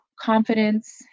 confidence